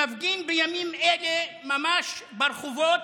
שמפגין בימים אלה ממש ברחובות,